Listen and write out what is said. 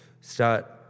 start